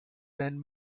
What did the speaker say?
then